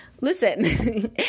Listen